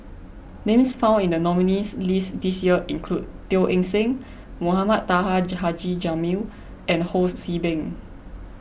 names found in the nominees' list this year include Teo Eng Seng Mohamed Taha Haji Jamil and Ho See Beng